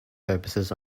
purposes